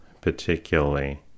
particularly